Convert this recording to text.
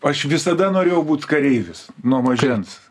aš visada norėjau būt kareivis nuo mažens